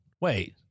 wait